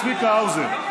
את צביקה האוזר,